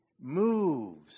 moves